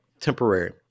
Temporary